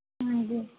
ਹਾਂਜੀ